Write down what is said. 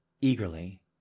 Eagerly